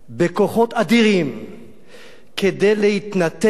בכוחות אדירים כדי להתנתק